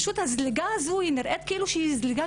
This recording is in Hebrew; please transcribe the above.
הזליגה הזאת היא נראית כאילו שהיא זליגה